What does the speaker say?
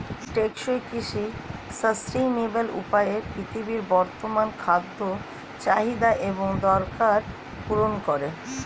টেকসই কৃষি সাস্টেইনেবল উপায়ে পৃথিবীর বর্তমান খাদ্য চাহিদা এবং দরকার পূরণ করে